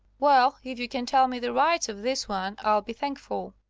well, if you can tell me the rights of this one, i'll be thankful.